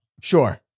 Sure